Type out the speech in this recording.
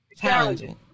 Challenging